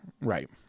Right